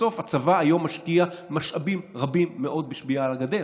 בסוף הצבא היום משקיע משאבים רבים מאוד בשמירה על הגדר